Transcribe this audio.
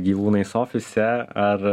gyvūnais ofise ar